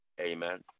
Amen